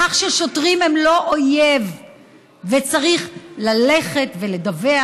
לכך ששוטרים הם לא אויב וצריך ללכת ולדווח